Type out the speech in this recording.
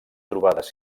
trobades